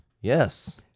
Yes